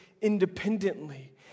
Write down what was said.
independently